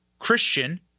Christian